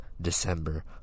december